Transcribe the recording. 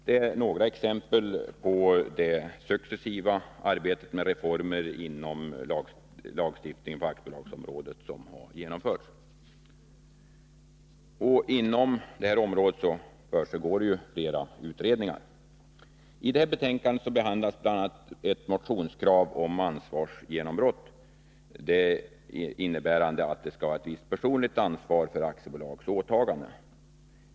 Detta är några exempel på det successiva arbete med reformer inom aktiebolagslagstiftningens område som har gjorts. På det här området pågår flera utredningar. I föreliggande betänkande behandlas bl.a. ett motionskrav om ansvarsgenombrott, innebärande att det skall finnas ett visst personligt ansvar för aktiebolags åtagande.